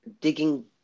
digging